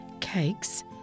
Cakes